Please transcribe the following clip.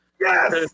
Yes